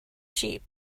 sheep